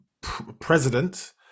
president